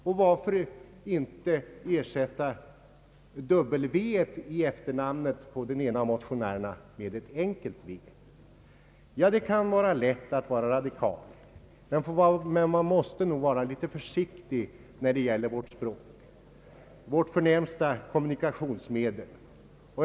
Och varför inte ersätta w i den femte motionärens efternamn med ett enkelt v? Det kan förefalla lätt att vara radikal, men vi måste nog vara litet försiktiga med språket — vårt förnämsta kommunikationsmedel.